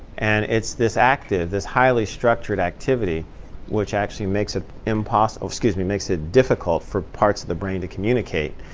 and it's this active this highly-structured activity which actually makes it impossible excuse me, makes it difficult for parts of the brain to communicate.